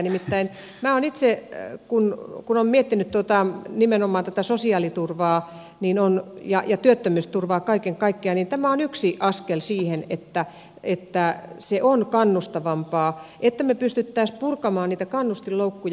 nimittäin minä olen itse kun olen miettinyt nimenomaan tätä sosiaaliturvaa ja työttömyysturvaa kaiken kaikkiaan niin tämä on yksi askel siihen että se on kannustavampaa että me pystyisimme purkamaan niitä kannustinloukkuja